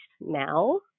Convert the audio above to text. now